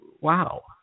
wow